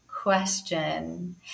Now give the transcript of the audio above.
question